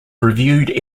reviewed